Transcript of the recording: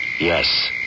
Yes